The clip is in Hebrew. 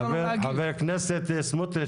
חבר הכנסת סמוטריץ,